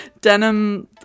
denim